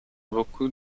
beaucoup